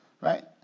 right